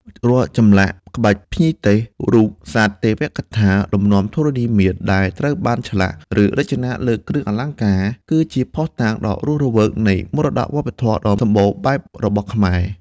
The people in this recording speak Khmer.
រាល់ចម្លាក់ ក្បាច់ភ្ញីទេស រូបសត្វទេវកថា លំនាំធរណីមាត្រ ដែលត្រូវបានឆ្លាក់ ឬរចនាលើគ្រឿងអលង្ការ គឺជាភស្តុតាងដ៏រស់រវើកនៃ មរតកវប្បធម៌ដ៏សម្បូរបែបរបស់ខ្មែរ។